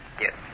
Yes